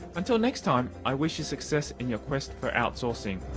until next time, i wish you success in your quest for outsourcing.